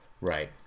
Right